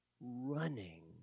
running